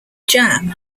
jam